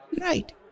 right